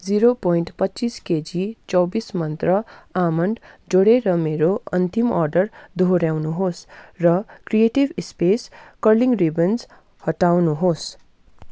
zero point पच्चिस KG चौबिस मन्त्रा आमोन्ड जोडेर मेरो अन्तिम अर्डर दोहोऱ्याउनुहोस् र क्रिएटिभ स्पेस कर्लिङ रिबन्स हटाउनुहोस्